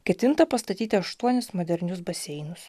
ketinta pastatyti aštuonis modernius baseinus